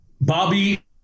Bobby